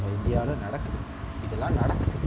நம்ம இந்தியாவில் நடக்குது இதெல்லாம் நடக்குது